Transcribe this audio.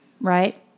right